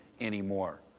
anymore